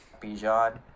Bijan